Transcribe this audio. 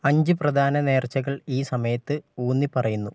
അഞ്ച് പ്രധാന നേർച്ചകൾ ഈ സമയത്ത് ഊന്നിപ്പറയുന്നു